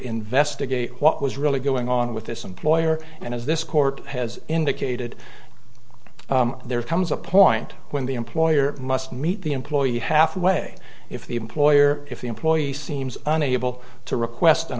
investigate what was really going on with this employer and as this court has indicated there comes a point when the employer must meet the employee halfway if the employer if the employee seems unable to request